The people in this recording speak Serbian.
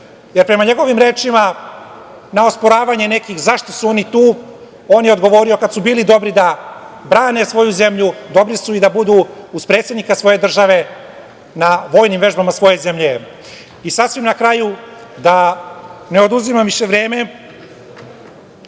jer prema njegovim rečima, na osporavanje nekih zašto su oni tu, on je odgovorio kada su bili dobri da brane svoju zemlju, dobri su da budu i uz predsednika države na vojnim vežbama svoje zemlje i sasvim na kraju da ne oduzimam više vreme,